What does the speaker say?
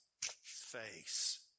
face